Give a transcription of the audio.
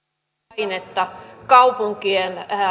painetta kaupunkien